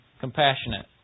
Compassionate